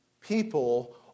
people